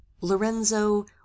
lorenzo